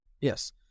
Yes